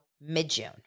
mid-June